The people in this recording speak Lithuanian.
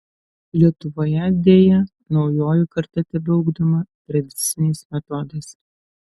lietuvoje deja naujoji karta tebeugdoma tradiciniais metodais